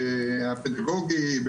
הפדגוגי,